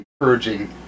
encouraging